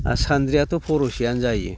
आरो सानद्रियाथ' फर'सेयानो जायो